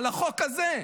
על החוק הזה.